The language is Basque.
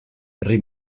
herri